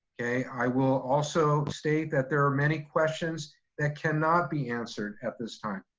okay? i will also state that there are many questions that cannot be answered at this time.